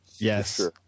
Yes